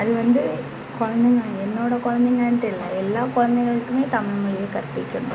அது வந்து கொழந்தைங்க என்னோட கொழந்தைங்கன்ட்டு இல்லை எல்லா கொழந்தைங்களுக்குமே தமிழ்மொலிய கற்பிக்கணும்